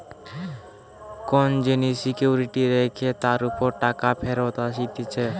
কোন জিনিস সিকিউরিটি রেখে তার উপর টাকা ফেরত আসতিছে